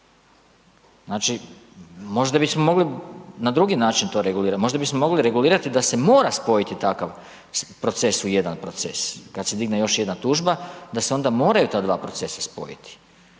Znači možda bismo mogli na drugi način to regulirati, možda bismo mogli regulirati da se mora spojiti takav proces u jedan proces kad se digne još jedna tužba, da se onda moraju ta dva procesa spojiti